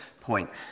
point